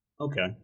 Okay